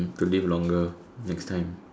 to live longer next time